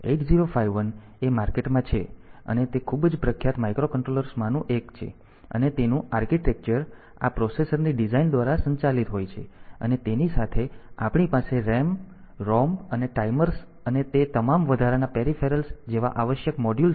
8051 એ માર્કેટ માં છે અને તે ખૂબ જ પ્રખ્યાત માઇક્રોકન્ટ્રોલર્સમાંનું એક છે અને તેનું આર્કિટેક્ચર આ પ્રોસેસરની ડિઝાઇન દ્વારા સંચાલિત હોય છે અને તેની સાથે આપણી પાસે RAM ROM અને ટાઇમર્સ અને તે તમામ વધારાના પેરિફેરલ્સ જેવા આવશ્યક મોડ્યુલ છે